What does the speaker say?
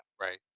Right